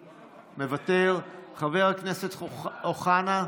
מוותר, חבר הכנסת אוחנה,